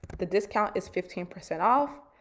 the discount is fifteen percent off.